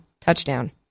touchdown